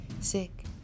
sick